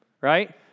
right